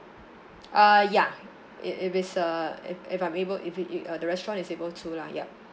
uh ya if if it's uh if if I'm able if if if the restaurant is able to lah yup